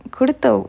குடுத்த:kudutha aw~